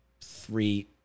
three